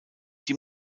die